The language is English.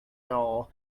doll